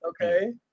Okay